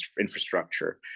infrastructure